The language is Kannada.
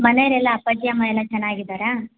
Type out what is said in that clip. ಮನೆಯಲ್ಲೆಲ್ಲ ಅಪ್ಪಾಜಿ ಅಮ್ಮ ಎಲ್ಲ ಚೆನ್ನಾಗಿದ್ದಾರಾ